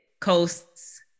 Coasts